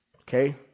Okay